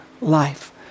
life